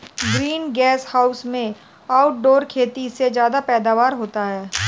green gas house में outdoor खेती से ज्यादा पैदावार होता है